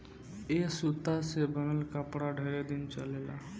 ए सूता से बनल कपड़ा ढेरे दिन चलेला